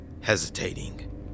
hesitating